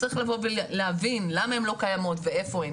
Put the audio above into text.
צריך להבין למה הן לא קיימות ואיפה הן.